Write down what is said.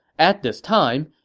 at this time,